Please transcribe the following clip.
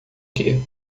que